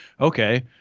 okay